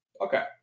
Okay